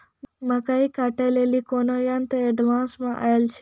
मकई कांटे ले ली कोनो यंत्र एडवांस मे अल छ?